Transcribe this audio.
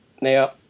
Now